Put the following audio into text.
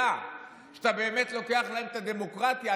ידיעה, שאתה באמת לוקח להם את הדמוקרטיה.